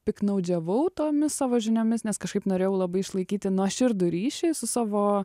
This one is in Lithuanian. piktnaudžiavau tomis savo žiniomis nes kažkaip norėjau labai išlaikyti nuoširdų ryšį su savo